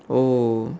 oh